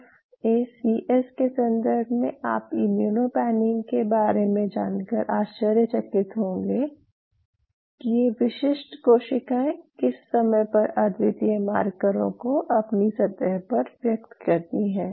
F A C S के सन्दर्भ में आप इम्यूनो पैनिंग के बारे में जानकर आश्चर्यचकित होंगे कि ये विशिष्ट कोशिकाएं किस समय पर अद्वितीय मार्करों को अपनी सतह पर व्यक्त करती हैं